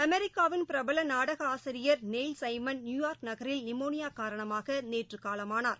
அமெிக்காவின் பிரபல நாடக ஆசிரியர் நெய்ல் சைமன் நியூயார்க் நகரில் நிமோனியா காரணமாக நேற்று காலமானார்